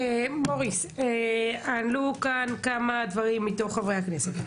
מוריס, עלו כאן כמה דברים מתוך חברי הכנסת.